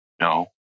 No